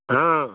ହଁ